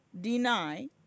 deny